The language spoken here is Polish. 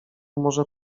może